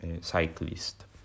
cyclist